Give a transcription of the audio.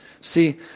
See